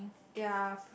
ya